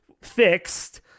fixed